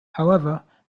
however